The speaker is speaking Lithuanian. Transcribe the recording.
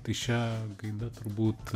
tai šia gaida turbūt